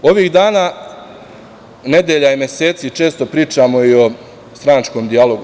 Ovih dana, nedelja i meseci često pričamo i o stranačkom dijalogu.